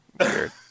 weird